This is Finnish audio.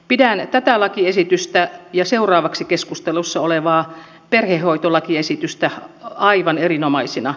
pidän tätä lakiesitystä ja seuraavaksi keskustelussa olevaa perhehoitolakiesitystä aivan erinomaisina